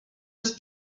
jest